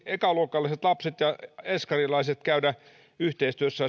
ekaluokkalaiset lapset ja eskarilaiset käydä seurakuntatalolla erilaisissa yhteistyössä